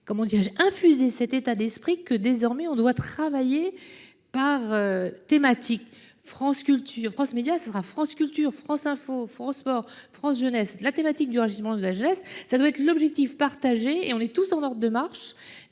comment dirais-je infuser cet état d'esprit que désormais on doit travailler par thématiques, France Culture, France Médias sera France Culture, France Info. Eurosport France, jeunesse, la thématique du régiment de la jeunesse, ça doit être l'objectif partagé et on est tous en ordre de marche